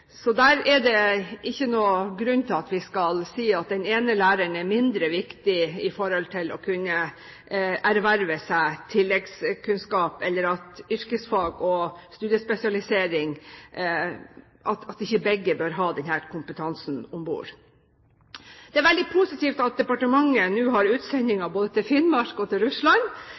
Det er ingen grunn til å si at den ene læreren er mindre viktig for å kunne erverve tilleggskunnskap, eller at ikke yrkesfag og studiespesialisering bør ha denne kompetansen om bord. Det er veldig positivt at departementet nå har utsendinger både til Finnmark og til Russland,